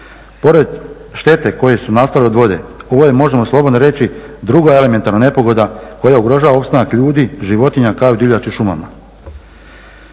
Pored štete koje su nastale od vode ovo je možemo slobodno reći druga elementarna nepogoda koja ugrožava opstanak ljudi, životinja kao i divljači u šumama.